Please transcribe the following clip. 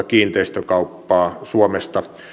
kiinteistökauppaa suomesta